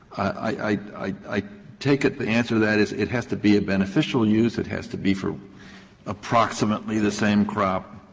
i i i take it the answer to that is it has to be a beneficial use, it has to be for approximately the same crop,